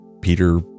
Peter